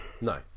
No